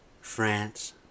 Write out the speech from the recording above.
France